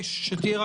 אם רוב האנשים